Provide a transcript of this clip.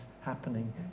happening